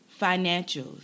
financials